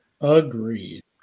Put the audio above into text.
Agreed